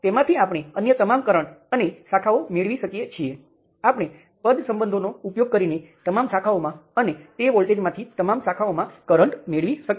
તેથી કૃપા કરીને આ અનુરુપ વ્યવહારોનો પણ અભ્યાસ કરો જેથી તમે નોડલ વિશ્લેષણ અને મેશ વિશ્લેષણ બંનેને સારી રીતે શીખી શકો